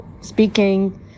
speaking